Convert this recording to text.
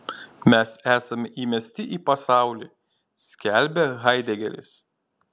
mes esame įmesti į pasaulį skelbia haidegeris